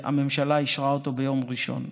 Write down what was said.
הממשלה אישרה אותו ביום ראשון.